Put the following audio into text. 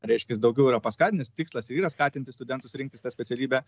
reiškias daugiau yra paskatinęs tikslas ir yra skatinti studentus rinktis tą specialybę